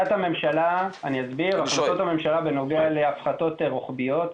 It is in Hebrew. אסביר: החלטות הממשלה בנוגע להפחתות רוחביות,